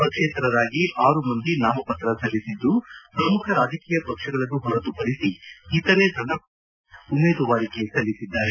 ಪಕ್ಷೇತರರಾಗಿ ಆರು ಮಂದಿ ನಾಮಪತ್ರ ಸಲ್ಲಿಸಿದ್ದು ಪ್ರಮುಖ ರಾಜಕೀಯ ಪಕ್ಷಗಳನ್ನು ಹೊರತುಪದಿಸಿ ಇತರೆ ಸಣ್ಣ ಪಕ್ಷಗಳ ಆರು ಮಂದಿ ಉಮೇದುವಾರಿಕೆ ಸಲ್ಲಿಸಿದ್ದಾರೆ